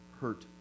hurt